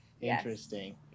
interesting